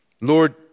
Lord